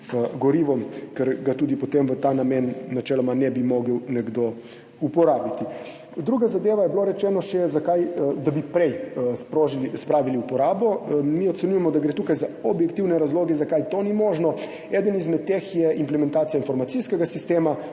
gorivom, ker ga tudi potem v ta namen načeloma ne bi mogel nekdo uporabiti. Druga zadeva, bilo je rečeno še, da bi prej spravili uporabo. Mi ocenjujemo, da gre tukaj za objektivne razloge, zakaj to ni možno. Eden izmed teh je implementacija informacijskega sistema.